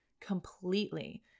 completely